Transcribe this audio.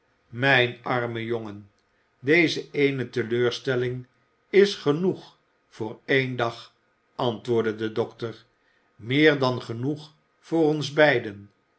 mijn arme jongen deze eene teleurstelling is genoeg voor één dag antwoordde de dokter meer dan genoeg voor ons beiden